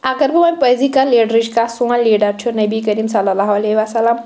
اگر بہٕ وونۍ پزی کرٕ لیڈرٕچۍ کَتھ سون لیڈَر چھُ نبی کریٖم صلی اللہ علیہ وسلم